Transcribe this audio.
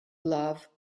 love